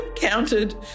Counted